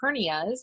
hernias